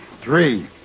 Three